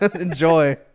enjoy